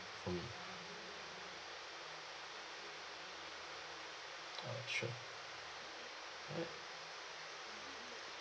for me uh alright sure alright